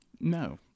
No